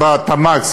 בתמ"ג,